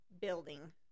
building